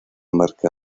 marca